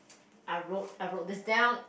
I wrote I wrote this down